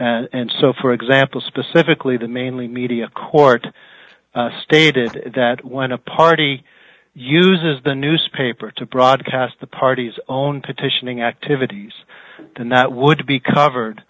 statute and so for example specifically the mainly media court stated that when a party uses the newspaper to broadcast the party's own petitioning activities and that would be covered